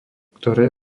ktoré